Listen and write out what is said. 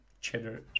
cheddar